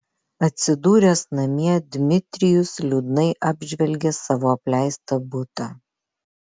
atsidūręs namie dmitrijus liūdnai apžvelgė savo apleistą butą